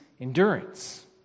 endurance